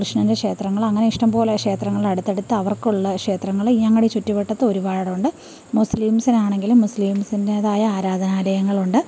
കൃഷ്ണൻ്റെ ക്ഷേത്രങ്ങള് അങ്ങനെ ഇഷ്ടം പോലെ ക്ഷേത്രങ്ങള് അടുത്തടുത്ത് അവർക്കുള്ള ക്ഷേത്രങ്ങള് ഞങ്ങളുടെ ചുറ്റുവട്ടത്ത് ഒരുപാടുണ്ട് മുസ്ലീംസിനാണെങ്കിലും മുസ്ലീംസിൻ്റെതായ ആരാധനാലയങ്ങളുണ്ട്